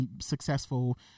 successful